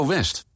West